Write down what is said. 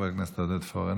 חבר הכנסת עודד פורר,